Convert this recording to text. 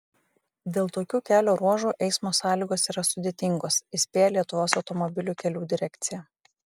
dėl tokių kelio ruožų eismo sąlygos yra sudėtingos įspėja lietuvos automobilių kelių direkcija